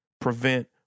prevent